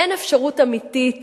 אין אפשרות אמיתית